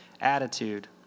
attitude